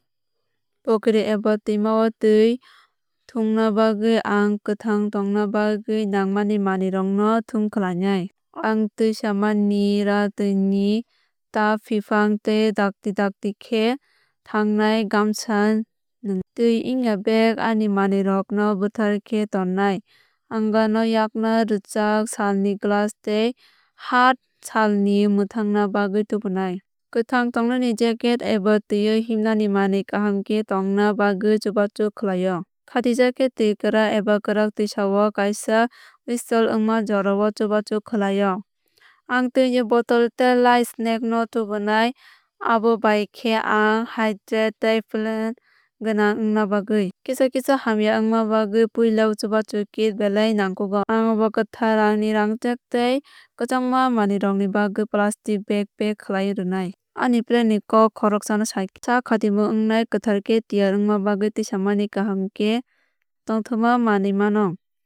Pokri eba twimao twi thwngna bagwi ang kwthang tongna bagwi nangmani manwirokno thum khlainai. Ang twisamani rí twini tẃiphang tei dakti dakti khe thángnai gamcha nwngnai. Twi wngya bag ani manwirokno bwthar khe tonnai. Ang no yokna rwngjk salni glass tei hat salni mwthangna bagwi tubunai. Kwthang tongnani jacket eba twio himnani manwi kaham khe tongna bagwi chubachu khlaio. Khatijak khe twi kwrak eba kwrak twisao kaisa whistle wngma jorao chubachu khlaio. Ang twi ni bottle tei light snacks no tubunai abo bai khe ang hydrate tei phan gwnang wngna bagwi. Kisa kisa hamya wngma bagwi puila chubachu kit belai nangkukgo. Ang bo kwthar ríni rangchak tei kwchangma manwirokni bagwi plastic bag pack khlaiwi rwnai. Ani plan ni kok khoroksano sakhe sak katimung wngnai. Kwthar khe tiyar wngma bai twisamani kaham tei tongthokma manwi mano.